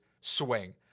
swing